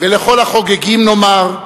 ולכל החוגגים נאמר: